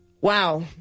Wow